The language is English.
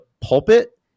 pulpit